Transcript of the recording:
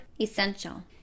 essential